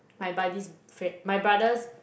my buddy's good friend my brother's